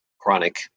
chronic